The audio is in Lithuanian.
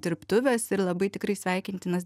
dirbtuvės ir labai tikrai sveikintinas